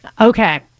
Okay